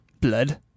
Blood